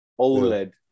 OLED